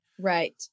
Right